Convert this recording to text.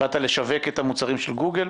באת לשווק את המוצרים של גוגל?